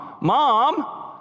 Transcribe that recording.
mom